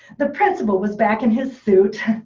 the principal was back in his suit.